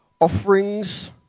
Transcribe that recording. Offerings